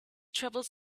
travels